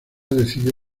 decidió